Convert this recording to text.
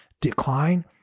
decline